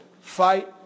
Fight